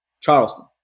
Charleston